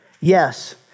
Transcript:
Yes